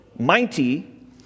Mighty